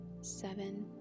seven